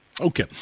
Okay